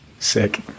sick